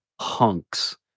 hunks